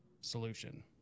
solution